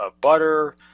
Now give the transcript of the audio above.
butter